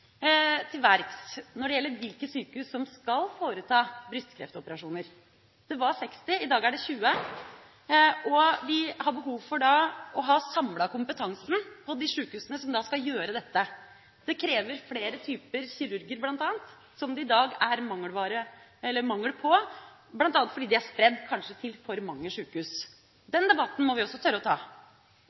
til verks når det gjelder hvilke sykehus som skal foreta brystkreftoperasjoner. Det var 60, i dag er det 20, og vi har da behov for å ha samlet kompetansen på de sykehusene som skal gjøre dette. Det krever flere typer kirurger bl.a., som det i dag er mangel på – kanskje fordi de er spredt til for mange sykehus. Den debatten må vi også tørre å ta.